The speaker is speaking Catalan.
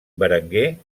berenguer